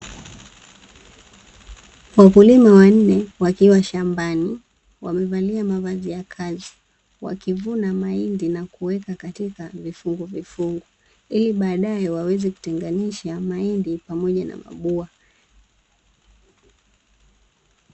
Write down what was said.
Wakulima wanne wakiwa shambani wamevalia mavazi ya kazi wakivuna mahindi na kuweka katika vifunguvifungu, ili baadaye waweze kutenganisha mahindi pamoja na mabua.